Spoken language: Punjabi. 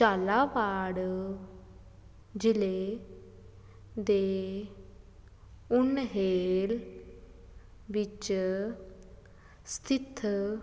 ਝਾਲਾਵਾੜ ਜ਼ਿਲ੍ਹੇ ਦੇ ਉਨਹੇਲ ਵਿੱਚ ਸਥਿਤ